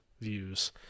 views